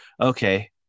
okay